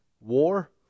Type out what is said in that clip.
War